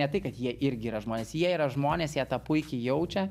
ne tai kad jie irgi yra žmonės jie yra žmonės jie tą puikiai jaučia